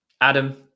Adam